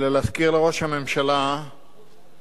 אלא להזכיר לראש הממשלה שבעצם